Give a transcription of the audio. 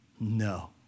No